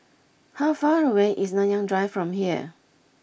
how far away is Nanyang Drive from here